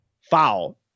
foul